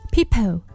People